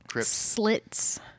slits